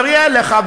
נריע לך,